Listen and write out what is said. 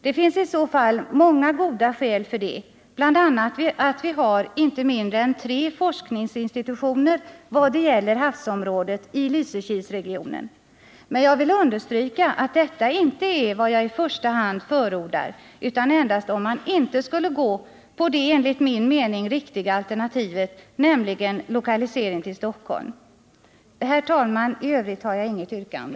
Det finns i så fall många goda skäl för det, bl.a. att vi har inte mindre än tre forskningsinstitutioner vad det gäller havsområdet i Lysekilsregionen. Men jag vill understryka, att detta inte är vad jag i första hand förordar, utan endast om man inte skulle gå på det enligt min mening riktiga alternativet, nämligen lokalisering till Stockholm. Herr talman! I övrigt har jag inget yrkande.